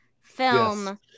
film